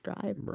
drive